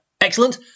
Excellent